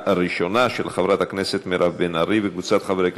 של חברת הכנסת מירב בן ארי וקבוצת חברי הכנסת,